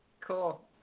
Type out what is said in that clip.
Cool